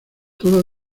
toda